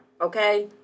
okay